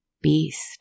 beast